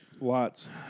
Lots